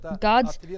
God's